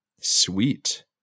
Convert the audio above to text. Sweet